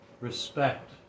respect